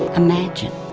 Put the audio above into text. imagine.